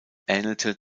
ähnelte